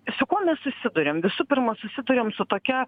su kuo mes susiduriam visų pirma susiduriam su tokia